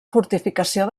fortificació